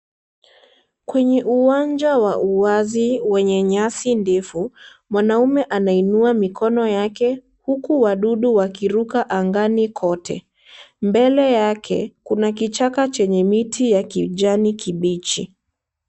Kwenye uwanja wa uwazi wenye nyasi ndefu, mwanaume anainua mikono yake huku wadudu wakiruka angani kote, mbele yake kuna kichaka chenye miti ya kijani kibichi.